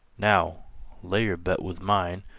now lay your bet with mine,